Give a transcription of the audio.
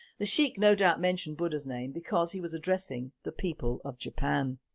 the sheikh no doubt mentioned buddha's name because he was addressing the people of japani.